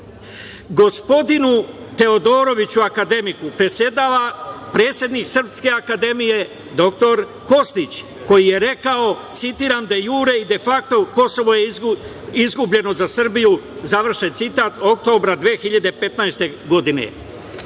Gospodinu Teodoroviću, akademiku, predsedava predsednik Srpske akademije, dr Kostić, koji je rekao, citiram – de jure i defakto Kosovo je izgubljeno za Srbiju. Završavam citat. Oktobar 2015. godine.